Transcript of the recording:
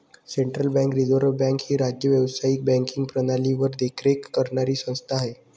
central bank reserve bank ही राज्य व्यावसायिक बँकिंग प्रणालीवर देखरेख करणारी संस्था आहे